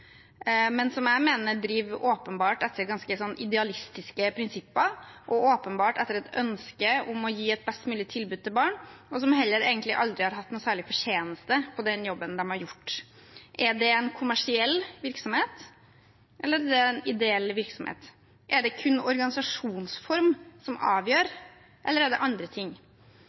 men som jeg mener åpenbart driver etter ganske idealistiske prinsipper, åpenbart etter et ønske om å gi et best mulig tilbud til barn, og som heller aldri egentlig har hatt noe særlig fortjeneste på den jobben de har gjort. Er det en kommersiell virksomhet, eller er det en ideell virksomhet? Er det kun organisasjonsform som avgjør, eller er det andre ting?